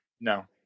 No